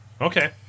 Okay